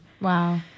wow